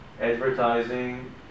advertising